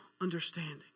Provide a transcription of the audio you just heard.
understanding